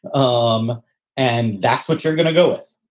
um and that's what you're going to go with.